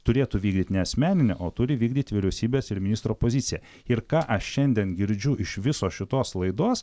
turėtų vykdyt ne asmeninę o turi vykdyt vyriausybės ir ministro poziciją ir ką aš šiandien girdžiu iš visos šitos laidos